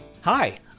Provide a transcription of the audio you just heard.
Hi